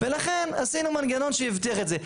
ולכן עשינו מנגנון שהבטיח את זה.